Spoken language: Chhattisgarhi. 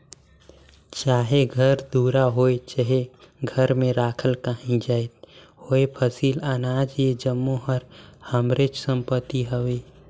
चाहे घर दुरा होए चहे घर में राखल काहीं जाएत होए फसिल, अनाज ए जम्मो हर हमरेच संपत्ति हवे